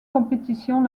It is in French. compétitions